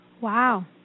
Wow